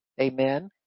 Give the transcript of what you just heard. Amen